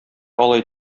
алай